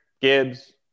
Gibbs